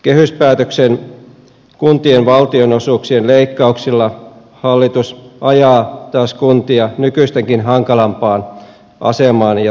kehyspäätöksen kuntien valtionosuuksien leikkauksilla hallitus ajaa taas kuntia nykyistäkin hankalampaan asemaan ja tilaan